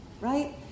right